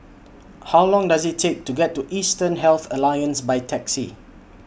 How Long Does IT Take to get to Eastern Health Alliance By Taxi